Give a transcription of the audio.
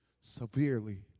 severely